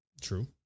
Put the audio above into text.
True